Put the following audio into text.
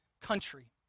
country